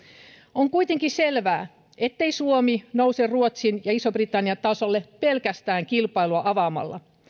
on kuitenkin selvää ettei suomi nouse ruotsin ja ison britannian tasolle pelkästään kilpailua avaamalla